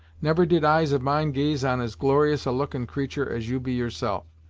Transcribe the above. never did eyes of mine gaze on as glorious a lookin' creatur' as you be yourself,